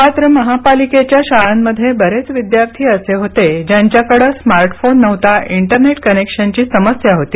मात्र महापालिकेच्या शाळांमध्ये बरेच विद्यार्थी असे होते ज्यांच्याकडे स्मार्टफोन नव्हता इंटरनेट कनेक्शनची समस्या होती